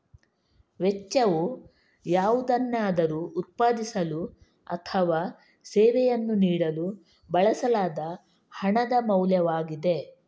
ವೆಚ್ಚವು ಯಾವುದನ್ನಾದರೂ ಉತ್ಪಾದಿಸಲು ಅಥವಾ ಸೇವೆಯನ್ನು ನೀಡಲು ಬಳಸಲಾದ ಹಣದ ಮೌಲ್ಯವಾಗಿದೆ